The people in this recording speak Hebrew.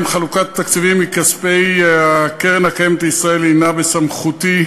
האם חלוקת תקציבים מכספי קרן קיימת לישראל היא בסמכותי,